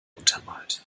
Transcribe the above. untermalt